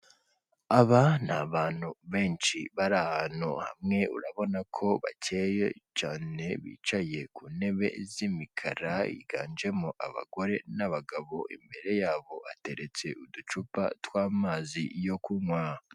Aba ni abantu benshi bari ahantu hamwe urabona ko bakeye cyane, bicaye ku ntebe z'imikara, higanjemo abagore n'abagabo, imbere yabo hateretse uducupa tw'amazi yo kunywa.